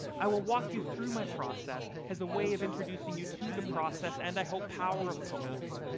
i will walk you through my process as a way of introducing you to the process and, i hope, power of poetry.